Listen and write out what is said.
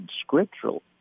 scriptural